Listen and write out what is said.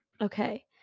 Okay